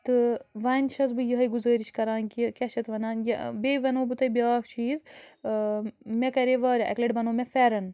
تہٕ وَنہِ چھَس بہٕ یِہوٚے گُزٲرِش کَران کہِ کیٛاہ چھِ اَتھ وَنان یہِ بیٚیہِ وَنو بہٕ تۄہہِ بیٛاکھ چیٖز مےٚ کَرے واریاہ اَکہِ لَٹہِ بنو مےٚ فٮ۪رن